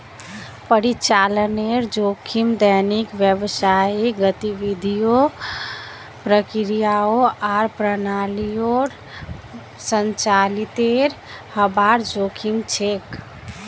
परिचालनेर जोखिम दैनिक व्यावसायिक गतिविधियों, प्रक्रियाओं आर प्रणालियोंर संचालीतेर हबार जोखिम छेक